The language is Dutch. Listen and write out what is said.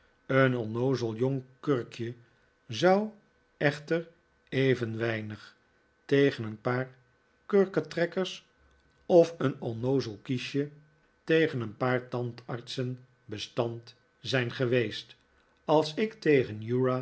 een onnoozel jong kurkje zou echter even weinig tegen een paar kurketrekkers of een onnoozel kiesje tegen een paar tandartsen bestand zijn geweest als ik tegen